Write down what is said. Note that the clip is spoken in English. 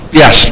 yes